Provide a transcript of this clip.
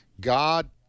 God